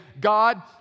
God